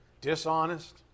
dishonest